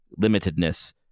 limitedness